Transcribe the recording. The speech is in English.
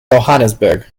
johannesburg